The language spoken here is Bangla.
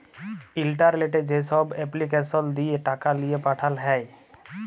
ইলটারলেটে যেছব এপলিকেসল দিঁয়ে টাকা লিঁয়ে পাঠাল হ্যয়